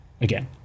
Again